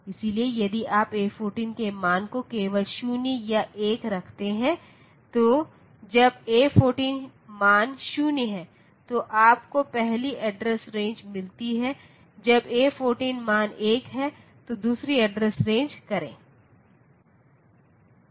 इसलिए यदि आप A14 के मान को केवल 0 या 1 रखते हैं तो जब A14 मान 0 है तो आपको पहली एड्रेस रेंज मिलती है और जब A14 मान 1 है तो दूसरी एड्रेस रेंज करें